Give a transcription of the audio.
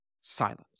silence